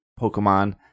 pokemon